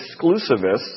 exclusivists